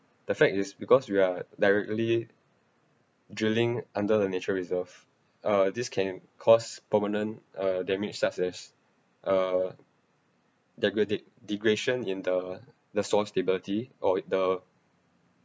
the fact is because we are directly drilling under the nature reserve uh this can cause permanent damage such as uh degraded degradation in the soil stability or the